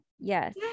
yes